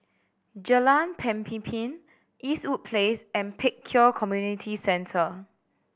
Jalan Pemimpin Eastwood Place and Pek Kio Community Centre